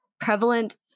Prevalent